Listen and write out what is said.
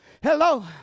Hello